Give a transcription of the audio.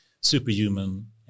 superhuman